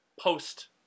post